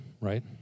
right